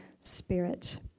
Spirit